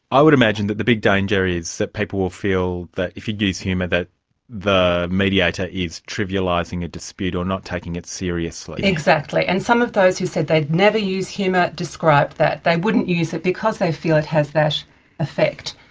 i would imagine that the big danger is that people will feel that if you use humour that the mediator is trivialising the dispute or not taking it seriously? exactly, and some of those who said they'd never use humour described that they wouldn't use it because they feel it has that effect.